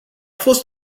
fost